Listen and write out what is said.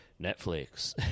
Netflix